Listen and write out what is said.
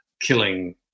killing